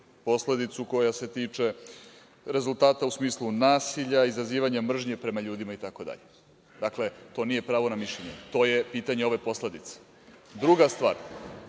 posledicu koja se tiče rezultata, u smislu nasilja, izazivanja mržnje prema ljudima itd. Dakle, to nije pravo na mišljenje, to je pitanje ove posledice. Druga stvar,